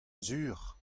sur